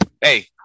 hey